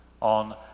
on